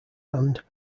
hand